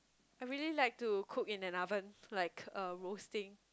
I really like to cook in an oven like uh roasting